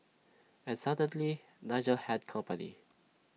and suddenly Nigel had company